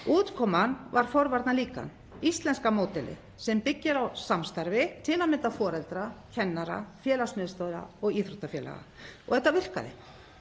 Útkoman var forvarnalíkan, íslenska módelið, sem byggir á samstarfi til að mynda foreldra, kennara, félagsmiðstöðva og íþróttafélaga. Og þetta virkaði,